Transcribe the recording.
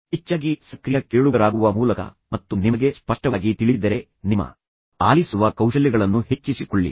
ಹೆಚ್ಚಾಗಿ ಸಕ್ರಿಯ ಕೇಳುಗರಾಗುವ ಮೂಲಕ ಮತ್ತು ನಿಮಗೆ ಸ್ಪಷ್ಟವಾಗಿ ತಿಳಿದಿದ್ದರೆ ನಿಮ್ಮ ಆಲಿಸುವ ಕೌಶಲ್ಯಗಳನ್ನು ಹೆಚ್ಚಿಸಿಕೊಳ್ಳಿ